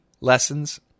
lessons